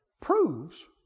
proves